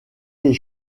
les